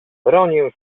bronię